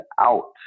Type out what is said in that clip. out